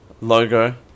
logo